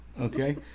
okay